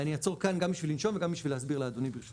אני אעצור כאן גם בשביל לנשום וגם בשביל להסביר לוועדה.